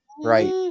right